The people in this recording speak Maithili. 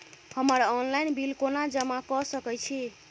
हम्मर ऑनलाइन बिल कोना जमा कऽ सकय छी?